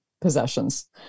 possessions